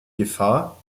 gefahr